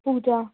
पूजा